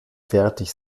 fertig